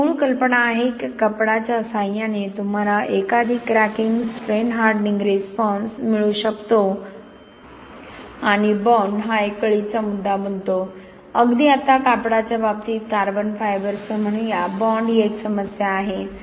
तर ही मूळ कल्पना आहे की कापडाच्या सहाय्याने तुम्हाला एकाधिक क्रॅकिंग स्ट्रेन हार्डनिंग रिस्पॉन्स मिळू शकतो आणि बाँड हा एक कळीचा मुद्दा बनतो अगदी आता कापडाच्या बाबतीत कार्बन फायबरसह म्हणूया बाँड ही एक समस्या आहे